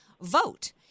vote